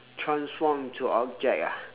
transform into object ah